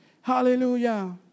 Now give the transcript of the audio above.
Hallelujah